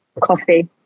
Coffee